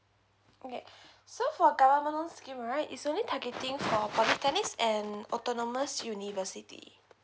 okay so for government loan scheme right is only targeted for polytechnic and autonomous university